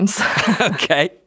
Okay